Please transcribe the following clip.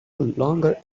longer